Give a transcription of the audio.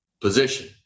position